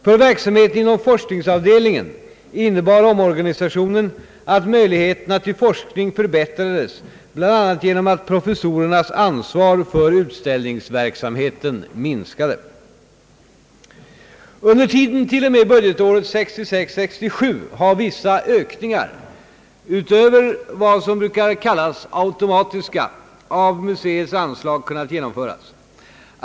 För verksamheten inom forskningsavdelningen innebar omorganisationen att möjligheterna till forskning förbättrades bl.a. genom att professorernas ansvar för utställningsverksamheten minskade. Under tiden fr.o.m. budgetåret 1966/ 67 har vissa ökningar, utöver vad som brukar kallas automatiska, av museets anslag kunnat genomföras.